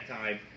time